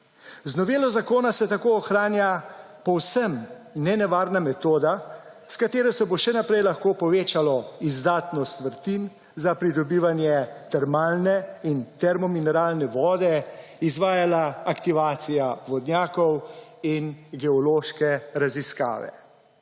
Z novelo zakona se tako ohranja povsem nenevarna metoda s katero se bo še naprej lahko povečalo izdatnost vrtin za pridobivanje termalne in termo mineralne vode, izvajala aktivacija vodnjakov in geološke raziskave.